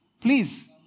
Please